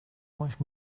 much